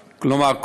כלומר,